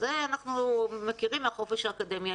זה לגיטימי במסגרת חופש האקדמיה.